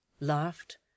laughed